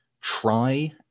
try